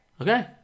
Okay